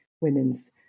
women's